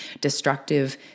destructive